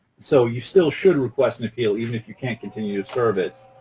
so you still should request an appeal, even if you can't continue to serve it,